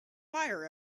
wire